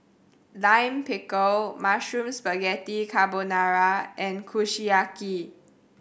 Lime Pickle Mushroom Spaghetti Carbonara and Kushiyaki